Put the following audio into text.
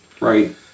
Right